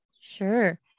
Sure